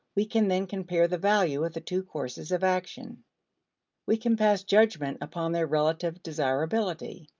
we can then compare the value of the two courses of action we can pass judgment upon their relative desirability.